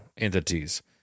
entities